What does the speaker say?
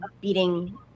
beating